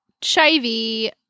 Chivy